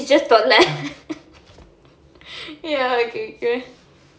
just தொல்ல:tholla ya okay cool